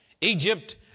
Egypt